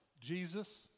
Jesus